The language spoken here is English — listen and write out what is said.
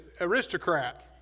Aristocrat